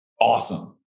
awesome